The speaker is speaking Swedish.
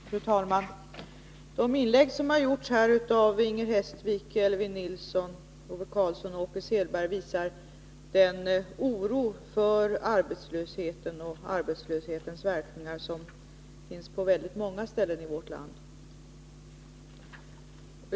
Fru talman! De inlägg som har gjorts här av Inger Hestvik, Elvy Nilsson, Ove Karlsson och Åke Selberg visar den oro för arbetslösheten och arbetslöshetens verkningar som finns på väldigt många ställen i vårt land.